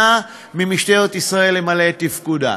מנעו ממשטרת ישראל למלא את תפקידה,